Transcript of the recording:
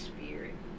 Spirit